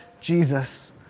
Jesus